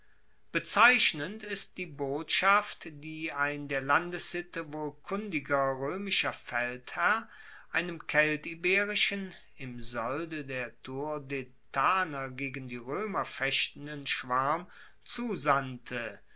bezeichnend ist die botschaft die ein der landessitte wohl kundiger roemischer feldherr einem keltiberischen im solde der turdetaner gegen die roemer fechtenden schwarm zusandte